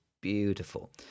beautiful